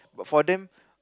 but for them